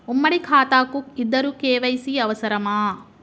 ఉమ్మడి ఖాతా కు ఇద్దరు కే.వై.సీ అవసరమా?